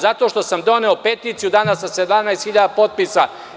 Zato što sam doneo peticiju danas sa 17.000 potpisa.